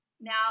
Now